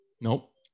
Nope